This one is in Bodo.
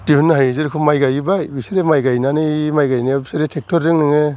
दिहुन्नो हायो जेरेखम माइ गायैबाय बिसोरो माइ गायनानै माइ गायनायाव ट्रेक्टरजों नोङो